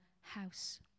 house